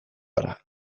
gara